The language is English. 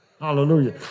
Hallelujah